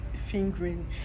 Fingering